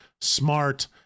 smart